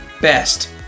best